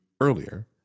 earlier